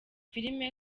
filime